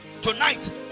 tonight